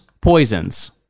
poisons